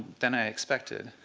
than i expected.